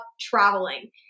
traveling